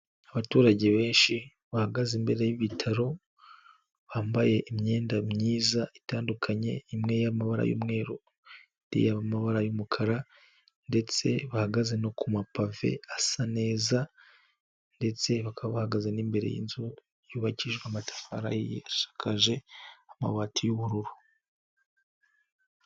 Abaturage benshi bahagaze imbere y'ibitaro, bambaye imyenda myiza itandukanye, imwe y'amabara y'umweru, amabara y'umukara, ndetse bahagaze no ku mapave asa neza, ndetse bakaba bahagaze n'imbere y'inzu yubakijwe amatafari ahiye, ishakaje amabati y'ubururu.